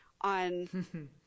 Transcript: on